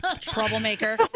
Troublemaker